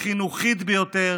החינוכית ביותר,